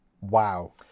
Wow